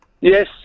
Yes